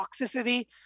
toxicity